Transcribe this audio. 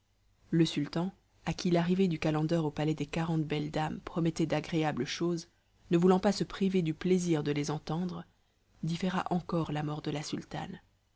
le sultan à qui l'arrivée du calender au palais des quarante belles dames promettait d'agréables choses ne voulant pas se priver du plaisir de les entendre différa encore la mort de la sultane